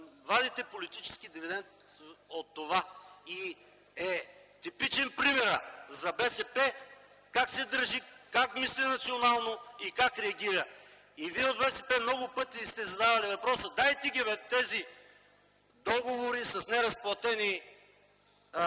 вадите политически дивиденти от това и е типичен примерът за БСП как се държи, как мисли национално и как реагира. Вие от БСП много пъти сте задавали въпроса: дайте ги тези договори с неразплатени